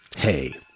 Hey